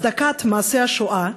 הצדקת מעשי השואה,